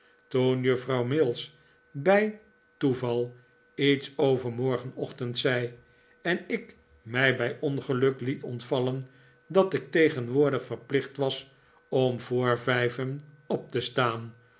toen juffrouw mills bij toeval iets over morgenochtend zei en ik mij bij ongeluk liet ontvallen dat ik tegenwoordig verplicht was om voor vijven op te staan